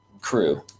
crew